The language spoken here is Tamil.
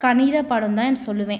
கணித பாடம் தான் சொல்லுவேன்